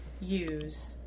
use